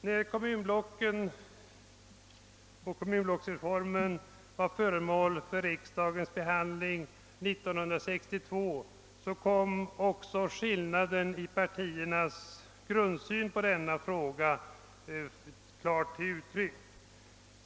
När kommunblocksreformen var föremål för riksdagens behandling år 1962 kom också skillnaden i partiernas grundsyn på denna fråga klart till uttryck.